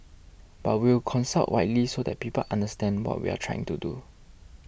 but we'll consult widely so that people understand what we're trying to do